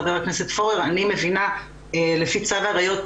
חבר הכנסת פורר אני מבינה לפי צו העיריות